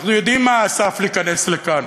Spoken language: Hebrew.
אנחנו יודעים מה הסף להיכנס לכאן.